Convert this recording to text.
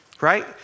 right